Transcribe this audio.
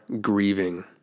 grieving